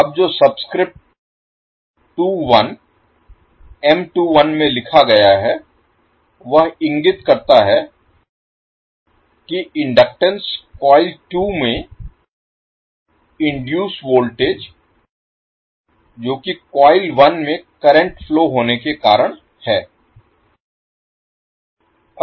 अब जो subscript 21 M21 में लिखा गया है वह इंगित करता है कि इनडक्टेंस कॉइल 2 में इनडुइस वोल्टेज जो कि कॉइल 1 में करंट फ्लो Flow प्रवाहित होने के कारण है